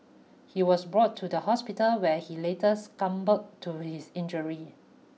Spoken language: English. he was brought to the hospital where he later succumbed to his injury